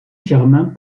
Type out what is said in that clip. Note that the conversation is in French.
germain